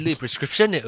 prescription